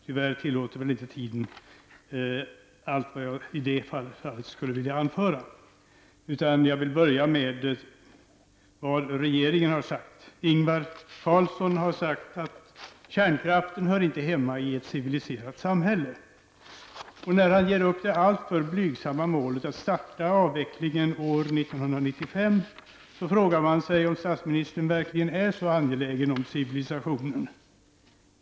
Tyvärr tillåter inte tiden allt vad jag i det fallet skulle vilja anföra utan jag vill börja med vad regeringen har sagt. Statsminister Ingvar Carlsson har sagt: ''Kärnkraften hör inte hemma i ett civiliserat samhälle.'' När han ger upp det alltför blygsamma målet att starta kärnkraftsavvecklingen år 1995 frågar man sig om statsministern verkligen är så angelägen om civilisationen.